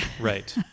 Right